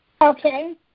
Okay